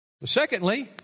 Secondly